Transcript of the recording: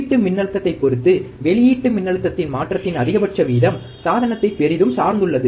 உள்ளீட்டு மின்னழுத்தத்தைப் பொறுத்து வெளியீட்டு மின்னழுத்தத்தின் மாற்றத்தின் அதிகபட்ச வீதம் சாதனத்தைப் பெரிதும் சார்ந்துள்ளது